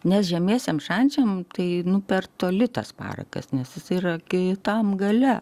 nes žemiesiems šančiams tai nu per toli tas parakas nes jisai yra kitam gale